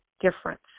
difference